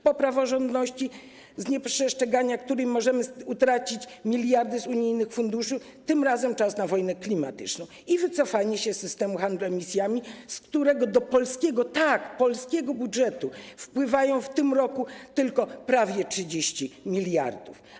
Po praworządności, z powodu nieprzestrzegania której możemy utracić miliardy z unijnych funduszy, tym razem czas na wojnę klimatyczną i wycofanie się z systemu handlu emisjami, z którego do polskiego - tak, polskiego! - budżetu wpływa tylko w tym roku prawie 30 mld.